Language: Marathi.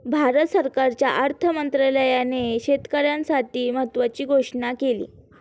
भारत सरकारच्या अर्थ मंत्रालयाने शेतकऱ्यांसाठी महत्त्वाची घोषणा केली